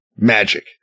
magic